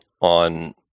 on